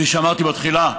כפי שאמרתי בתחילה,